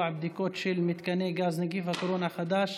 בדיקות של מתקני גז (נגיף הקורונה החדש)